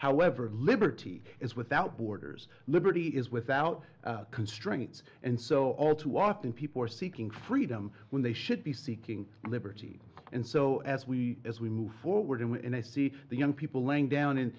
however liberty is without borders liberty is without constraints and so all too often people are seeking freedom when they should be seeking liberty and so as we as we move forward and i see the young people lang down